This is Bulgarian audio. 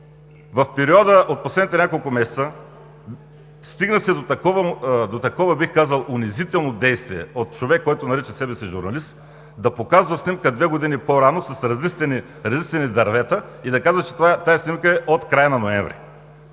в периода от последните няколко месеца се стигна до такова, бих казал, унизително действие от човек, който нарича себе си „журналист“ – да показва снимка две години по-рано с разлистени дървета и да казва, че тази снимка е от края на ноември.